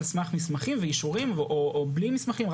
על סמך מסמכים ואישורים או בלי מסמכים,